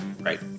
Right